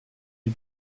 you